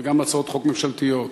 וגם הצעות חוק ממשלתיות.